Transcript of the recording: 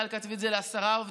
ישראל כץ הביא את זה לעשרה עובדים,